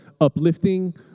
uplifting